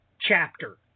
chapter